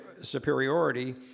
superiority